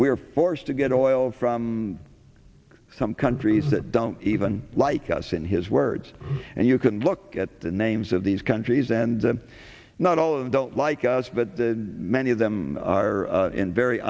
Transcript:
are forced to get all from some countries that don't even like as in his words and you can look at the names of these countries and not all of don't like us but the many of them are in very